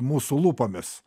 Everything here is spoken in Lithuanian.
mūsų lūpomis